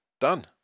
Done